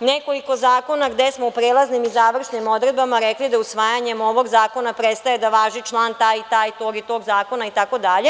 nekoliko zakona gde smo u prelaznim i završnim odredbama rekli da usvajanjem ovog zakona prestaje da važi član taj i taj tog i tog zakona itd.